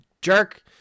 jerk